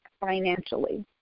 financially